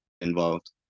involved